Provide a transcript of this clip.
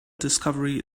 discovery